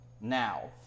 now